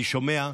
אני שומע,